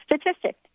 Statistic